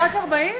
רק 40?